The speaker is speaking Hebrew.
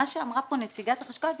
מה שאמרה פה נציגת החשכ"ל,